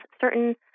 certain